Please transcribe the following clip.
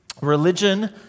religion